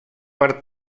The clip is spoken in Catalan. per